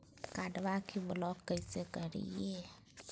कार्डबा के ब्लॉक कैसे करिए?